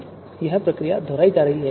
अब यह प्रक्रिया दोहराई जा रही है